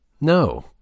No